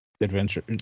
adventure